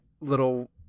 little